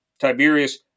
Tiberius